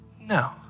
no